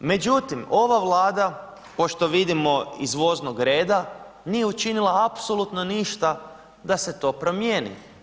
Međutim, ova Vlada pošto vidimo iz voznog reda nije učinila apsolutno ništa da se to promijeni.